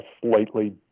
slightly